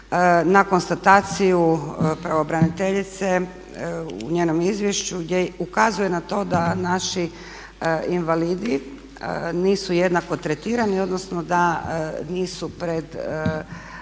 na konstataciju pravobraniteljice u njenom izvješću gdje ukazuje na to da naši invalidi nisu jednako tretirani odnosno da nisu u